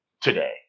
today